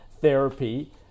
therapy